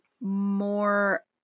more